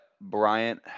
Bryant